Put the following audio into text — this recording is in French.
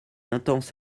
intense